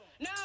now